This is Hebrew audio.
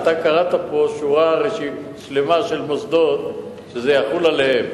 אתה קראת פה שורה שלמה של מוסדות שזה יחול עליהם.